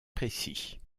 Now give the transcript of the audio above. précis